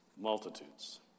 multitudes